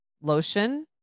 Lotion